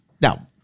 Now